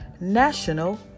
National